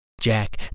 Jack